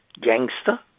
gangster